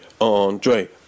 Andre